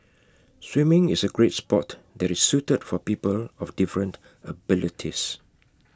swimming is A great Sport that is suited for people of different abilities